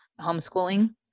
homeschooling